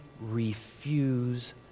refuse